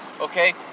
Okay